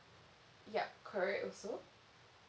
yup correct also